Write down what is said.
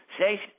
say